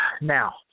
Now